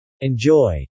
Enjoy